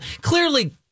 clearly